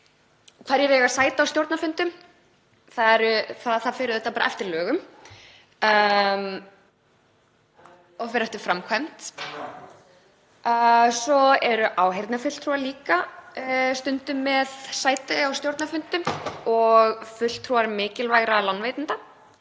Hverjir eiga sæti á stjórnarfundum? Það fer auðvitað eftir lögum og fer eftir framkvæmd. Svo eru áheyrnarfulltrúar stundum með sæti á stjórnarfundum og fulltrúar mikilvægra lánveitenda.